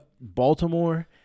Baltimore